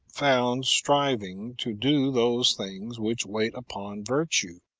found striving to do those things which wait upon virtue,